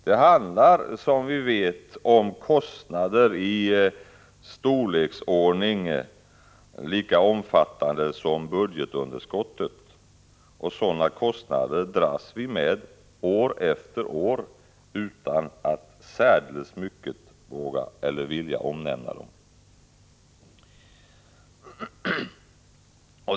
Det handlar, som vi vet, om kostnader i storleksordning lika omfattande som budgetunderskottet. Sådana kostnader dras vi med år efter år utan att särdeles mycket våga eller vilja omnämna dem. Herr talman!